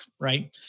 right